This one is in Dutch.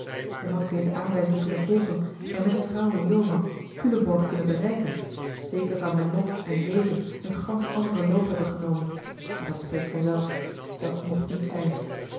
en had ik deze aanwijzing kunnen volgen en met den trouwen johan culemborg kunnen bereiken zeker zou mijn lot en leven een gansch anderen loop hebben genomen maar dat spreekt vanzelf dat mocht niet zijn